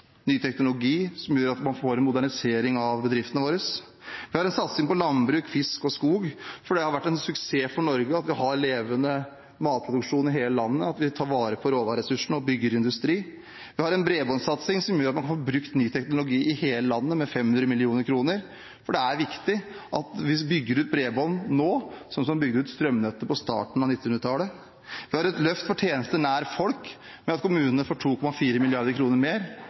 ny teknologi, noe som gjør at man får en modernisering av bedriftene våre. Vi har en satsing på landbruk, fisk og skog, for det har vært en suksess for Norge at vi har levende matproduksjon i hele landet, at vi tar vare på råvareressursene og bygger industri. Vi har en bredbåndsatsing på 500 mill. kr, som gjør at man kan få brukt ny teknologi i hele landet, for det er viktig at vi bygger ut bredbånd nå, sånn som man bygde ut strømnettet på starten av 1900-tallet. Vi har et løft for tjenester nær folk, ved at kommunene får 2,4 mrd. kr mer,